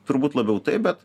turbūt labiau taip bet